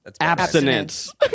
abstinence